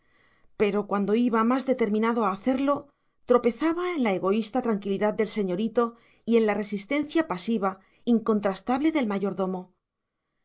pero cuando iba más determinado a hacerlo tropezaba en la egoísta tranquilidad del señorito y en la resistencia pasiva incontrastable del mayordomo